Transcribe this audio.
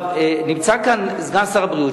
נמצא כאן סגן שר הבריאות,